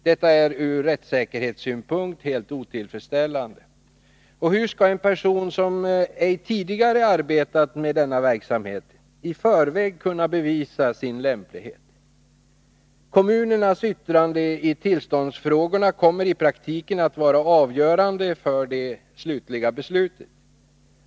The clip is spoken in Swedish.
Detta är ur rättssäkerhetssynpunkt helt otillfredsställande. Och hur skall en person som ej tidigare arbetat med denna verksamhet i förväg kunna bevisa sin lämplighet? Kommunernas yttrande i tillståndsfrågorna kommer i praktiken att vara avgörande för det slutliga beslutet.